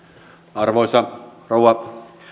arvoisa rouva